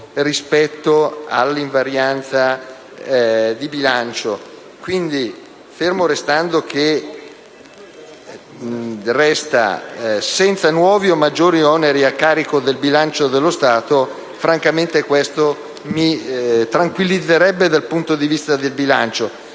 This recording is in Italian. rispetto all'invarianza di bilancio, fermo restando che se esso non determinasse nuovi o maggiori oneri a carico del bilancio dello Stato ciò francamente mi tranquillizzerebbe dal punto di vista del bilancio.